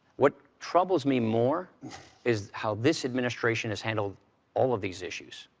what troubles me more is how this administration has handled all of these issues.